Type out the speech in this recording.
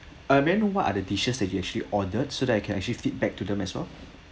uh may I know what are the dishes that you actually ordered so that I can actually feedback to them as well